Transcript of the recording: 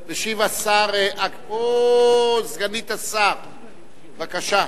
תבוא סגנית השר, בבקשה.